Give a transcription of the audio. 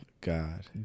God